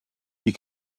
you